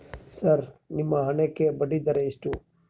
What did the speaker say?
Sir ನಿಮ್ಮ ಹಣಕ್ಕೆ ಬಡ್ಡಿದರ ಎಷ್ಟು?